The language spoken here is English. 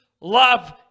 love